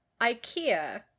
Ikea –